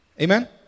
Amen